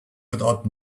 without